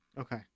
Okay